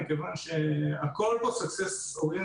כי הכול פה successes oriented.